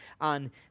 on